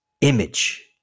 image